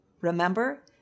Remember